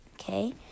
okay